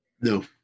No